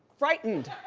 frightened.